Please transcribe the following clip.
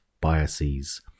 biases